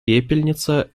пепельница